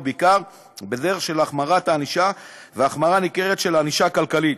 בעיקר בדרך של החמרת הענישה והחמרה ניכרת של הענישה הכלכלית,